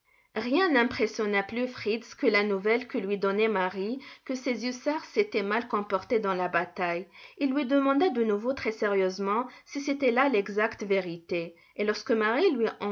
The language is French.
rien n'impressionna plus fritz que la nouvelle que lui donnait marie que ses hussards s'étaient mal comportés dans la bataille il lui demanda de nouveau très-sérieusement si c'était là l'exacte vérité et lorsque marie lui